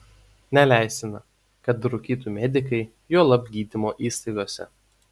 neleistina kad rūkytų medikai juolab gydymo įstaigose